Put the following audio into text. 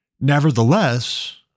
Nevertheless